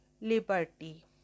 liberty